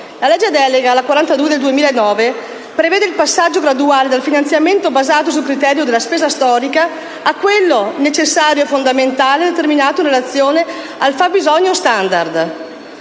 La legge delega n. 42 del 2009 prevede il passaggio graduale dal finanziamento basato sul criterio della «spesa storica» a quello, necessario e fondamentale, determinato in relazione al cosiddetto fabbisogno *standard*.